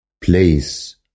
place